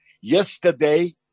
Yesterday